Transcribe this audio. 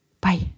Bye